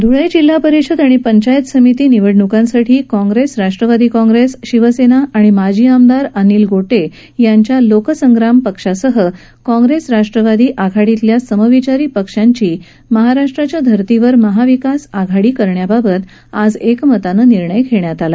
धळे जिल्हा परिषद आणि पंचायत समिती निवडणुकीसाठी Congress Rashtrawadi Congress Shivsena आणि माजी आमदार अनिल गोटे यांच्या लोकसंग्रामसह काँग्रेस राष्ट्रवादी आघाडीतील समविचारी पक्षांची महाराष्ट्राच्या धर्तीवर महाविकास आघाडी करण्याबाबत आज एकमतानं निर्णय घेण्यात आला